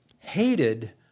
hated